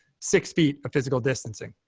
six feet of physical distancing.